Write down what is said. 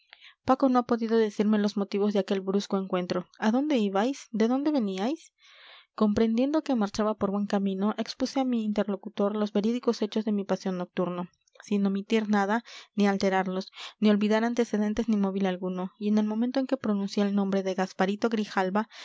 paco no ha podido decirme los motivos de aquel brusco encuentro a dónde ibais de dónde veníais comprendiendo que marchaba por buen camino expuse a mi interlocutor los verídicos hechos de mi paseo nocturno sin omitir nada ni alterarlos ni olvidar antecedentes ni móvil alguno y en el momento en que pronuncié el nombre de gasparito grijalva